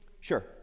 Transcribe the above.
Sure